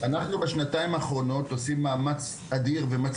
בשנתיים האחרונות עושים פה מאמץ אדיר ואפילו